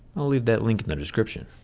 i'll leave that link in the description.